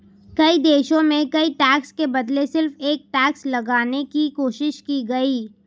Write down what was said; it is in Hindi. कई देशों में कई टैक्स के बदले सिर्फ एक टैक्स लगाने की कोशिश की गयी